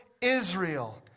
Israel